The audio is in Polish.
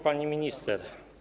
Pani Minister!